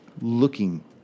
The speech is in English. looking